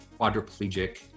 quadriplegic